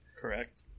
Correct